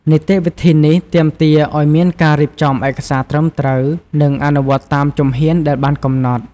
នីតិវិធីនេះទាមទារឲ្យមានការរៀបចំឯកសារត្រឹមត្រូវ និងអនុវត្តតាមជំហានដែលបានកំណត់។